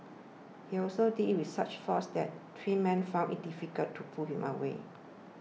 he also did it with such force that three men found it difficult to pull him away